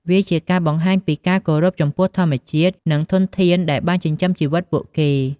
វាជាការបង្ហាញពីការគោរពចំពោះធម្មជាតិ និងធនធានដែលបានចិញ្ចឹមជីវិតពួកគេ។